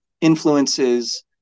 influences